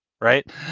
right